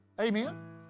amen